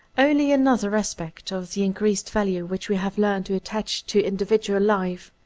only another aspect of the increased value which we have learned to attach to individual life.